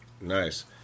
Nice